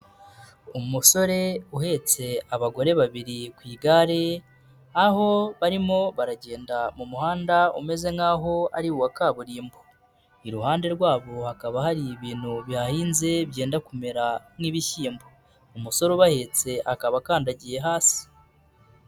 Umusore uhetse abagore babiri ku igare, aho barimo baragenda mu muhanda umeze nkaho ari uwa kaburimbo, iruhande rwabo hakaba hari ibintu bihahinze byenda kumera nk'ibishyimbo. Umusore ubahetse akaba akandagiye hasi.